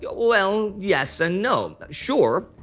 yeah well, yes and no. sure,